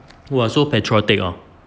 !wah! so patriotic orh